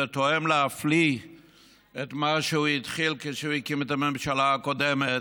זה תואם להפליא את מה שהוא התחיל כשהוא הקים את הממשלה הקודמת,